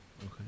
Okay